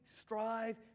strive